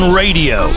radio